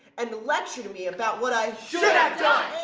and lectured me about what i. should have done.